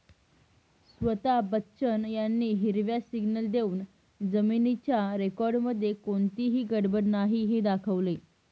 स्वता बच्चन यांना हिरवा सिग्नल देऊन जमिनीच्या रेकॉर्डमध्ये कोणतीही गडबड नाही हे दाखवले